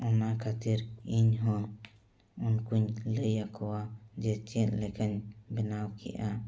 ᱚᱱᱟ ᱠᱷᱟᱹᱛᱤᱨ ᱤᱧᱦᱚᱸ ᱩᱱᱠᱩᱧ ᱞᱟᱹᱭᱟᱠᱚᱣᱟ ᱡᱮ ᱪᱮᱫ ᱞᱮᱠᱟᱧ ᱵᱮᱱᱟᱣ ᱠᱮᱜᱼᱟ